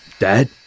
Dad